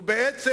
ובעצם,